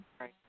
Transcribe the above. Right